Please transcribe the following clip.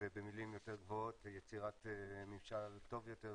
ובמילים יותר גבוהות יצירת ממשל טוב יותר,